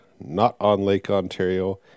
not-on-Lake-Ontario